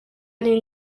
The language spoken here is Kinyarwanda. ari